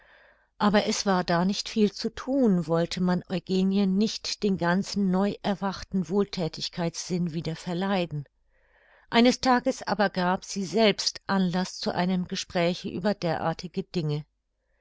aber es war da nicht viel zu thun wollte man eugenien nicht den ganzen neu erwachten wohlthätigkeitssinn wieder verleiden eines tages aber gab sie selbst anlaß zu einem gespräche über derartige dinge